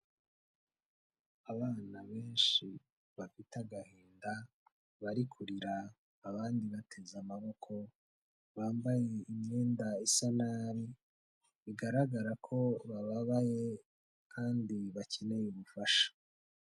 Abana benshi bafite agahinda, bari kurira, abandi bateze amaboko, bambaye imyenda isa nabi, bigaragara ko bababaye kandi bakeneye ubufasha.